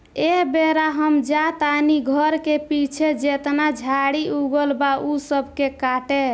एह बेरा हम जा तानी घर के पीछे जेतना झाड़ी उगल बा ऊ सब के काटे